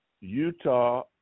Utah